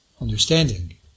understanding